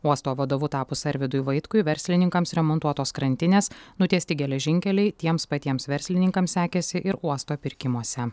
uosto vadovu tapus arvydui vaitkui verslininkams remontuotos krantinės nutiesti geležinkeliai tiems patiems verslininkams sekėsi ir uosto pirkimuose